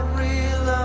real